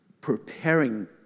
preparing